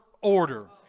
order